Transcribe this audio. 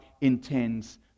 intends